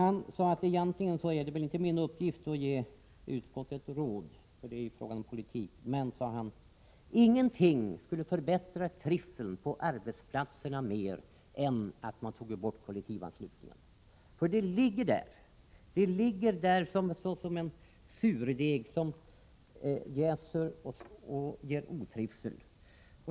Han sade: Egentligen är det väl inte min uppgift att ge utskottet råd — det är ju fråga om politik — men ingenting skulle förbättra trivseln på arbetsplatserna mer än att man tog bort kollektivanslutningen. — Kollektivanslutningen ligger där som en surdeg som jäser och förorsakar otrivsel.